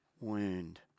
wound